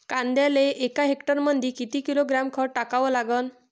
कांद्याले एका हेक्टरमंदी किती किलोग्रॅम खत टाकावं लागन?